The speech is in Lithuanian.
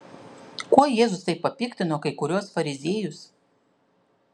kuo jėzus taip papiktino kai kuriuos fariziejus